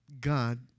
God